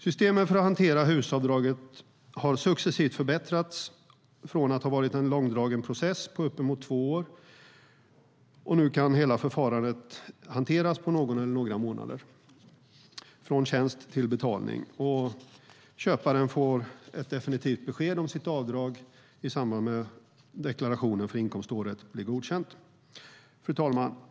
Systemen för att hantera HUS-avdraget har successivt förbättrats, och från att ha varit en långdragen process på uppemot två år kan hela förfarandet numera hanteras på någon eller några månader - från tjänst till betalning. Köparen får ett definitivt besked om sitt avdrag i samband med att deklarationen för inkomståret blir godkänd. Fru talman!